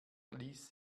ließ